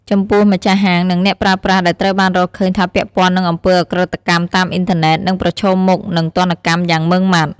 ចំពោះម្ចាស់ហាង និងអ្នកប្រើប្រាស់ដែលត្រូវបានរកឃើញថាពាក់ព័ន្ធនឹងអំពើឧក្រិដ្ឋកម្មតាមអ៊ីនធឺណិត នឹង ប្រឈមមុខ នឹង ទណ្ឌកម្មយ៉ាងម៉ឺងម៉ាត់។